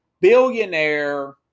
billionaire